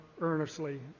earnestly